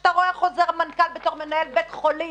כשאתה רואה חוזר מנכ"ל ואתה מנהל בית חולים,